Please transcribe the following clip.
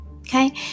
Okay